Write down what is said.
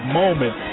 moment